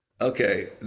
Okay